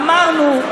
אמרנו,